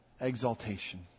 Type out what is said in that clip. exaltation